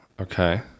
Okay